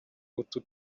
utu